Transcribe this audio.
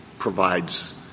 Provides